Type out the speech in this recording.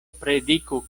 prediku